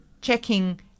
checking